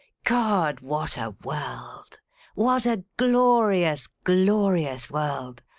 god, what a world what a glorious, glorious world!